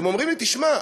והם אומרים לי: תשמע,